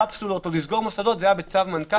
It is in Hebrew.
קפסולות או לסגור מוסדות היה בצו מנכ"ל.